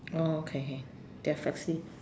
oh okay okay that's actually